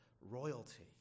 royalty